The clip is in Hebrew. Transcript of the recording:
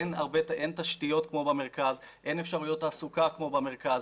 אין תשתיות כמו במרכז,